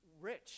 rich